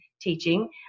teaching